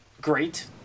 great